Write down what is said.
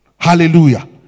Hallelujah